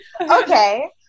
okay